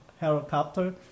helicopter